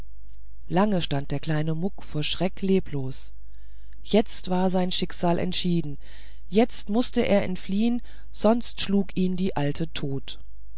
lange stand der kleine muck vor schrecken leblos jetzt war sein schicksal entschieden jetzt mußte er entfliehen sonst schlug ihn die alte tot